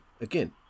again